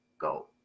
go